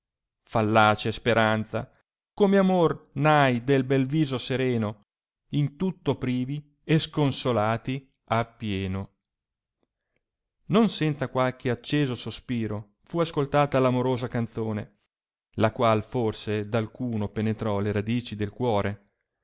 fallace speranza come amor n hai del bel viso sereno in tutto privi e sconsolati a pieno non senza qualche acceso sospiro fu ascoltata r amorosa canzone la qual forse d alcuno penetrò le radici del cuore